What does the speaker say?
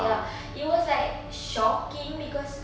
ya it was like shocking because